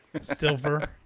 Silver